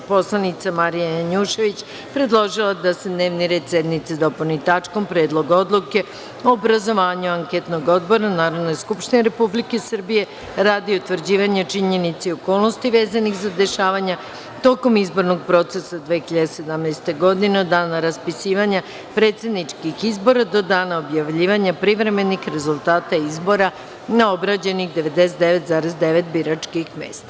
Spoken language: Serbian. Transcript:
Narodna poslanica Marija Janjušević predložila je da se dnevni red sednice dopuni tačkom Predlog odluke o obrazovanju anketnog odbora Narodne skupštine Republike Srbije radi utvrđivanja činjenica i okolnosti vezanih za dešavanja tokom izbornog procesa 2017. godine od dana raspisivanja predsedničkih izbora do dana objavljivanja privremenih rezultata izbora na obrađenih 99,9 biračkih mesta.